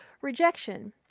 rejection